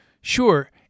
Sure